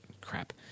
crap